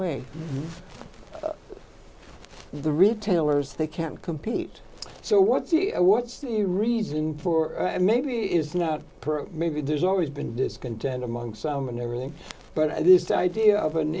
way the retailers they can't compete so what's the what's the reason for maybe it's not maybe there's always been discontent among some and everything but at least idea of an